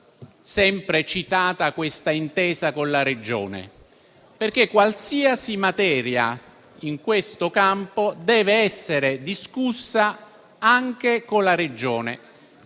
sempre citata questa intesa con la Regione? Perché qualsiasi materia in questo campo deve essere discussa anche con la Regione;